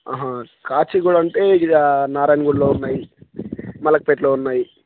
ఆహా కాచీడ అంటే ఇగ నారాయణ గుడిలో ఉన్నాయి మలకపేట్లో ఉన్నాయి